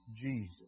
Jesus